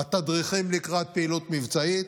בתדריכים לקראת פעילות מבצעית,